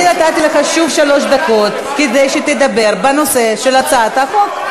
אני נתתי לך שוב שלוש דקות כדי שתדבר בנושא של הצעת החוק.